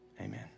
amen